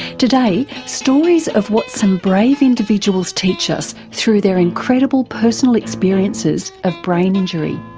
today, stories of what some brave individuals teach us through their incredible personal experiences of brain injury.